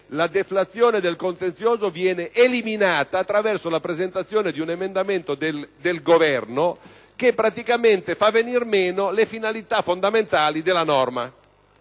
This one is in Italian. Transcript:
La deflazione del contenzioso viene ora eliminata attraverso la presentazione di un emendamento del Governo che in sostanza fa venir meno le finalità fondamentali della norma.